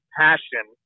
passion